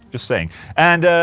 just saying and.